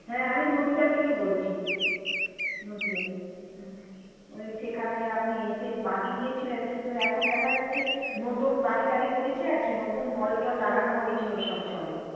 হ্যাঁ আমি নদীয়া থেকে বলছি নদীয়া হুম ওই সেখানে আপনি এসে বাগিয়ে দিয়েছিলেন কিন্তু এখন দেখা যাচ্ছে নতুন বাড়ি টাড়ি করেছি আর কি নতুন নল টল লাগানো হয়েছিল সব জলের